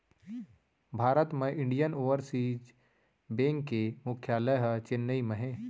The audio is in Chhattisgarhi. भारत म इंडियन ओवरसीज़ बेंक के मुख्यालय ह चेन्नई म हे